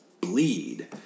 bleed